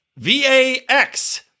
VAX